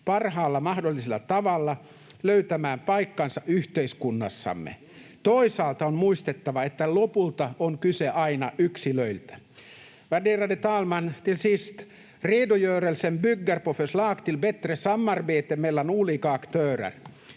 parhaalla mahdollisella tavalla löytämään paikkansa yhteiskunnassamme. Toisaalta on muistettava, että lopulta on kyse aina yksilöistä. Värderade talman! Till sist: Redogörelsen bygger på förslag till bättre samarbete mellan olika aktörer.